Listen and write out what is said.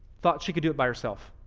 thought she could do it by herself.